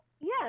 yes